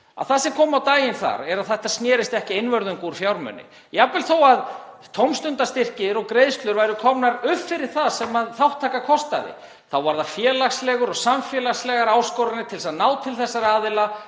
að það sem kom á daginn var að þetta snýst ekki einvörðungu um fjármuni. Jafnvel þó að tómstundastyrkir og greiðslur væru komnar upp fyrir það sem þátttaka kostaði þá voru það félagslegar og samfélagslegar áskoranir til að ná til þessara aðila